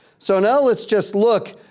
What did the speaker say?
so now let's just look,